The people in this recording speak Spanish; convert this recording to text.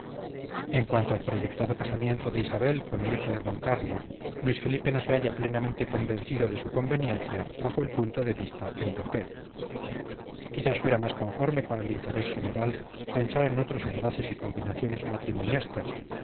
en cuanto al proyectado casamiento de isabel con el hijo de d carlos luis felipe no se halla plenamente convencido de su conveniencia bajo el punto de vista europeo quizás fuera más conforme con el interés general pensar en otros enlaces y combinaciones